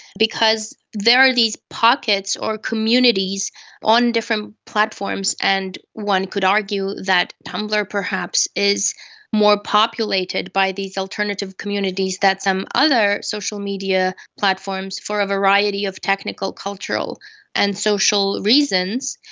because there are these pockets or communities on different platforms, and one could argue that tumblr perhaps it is more populated by these alternative communities that some other social media platforms, for a variety of technical, cultural and social reasons,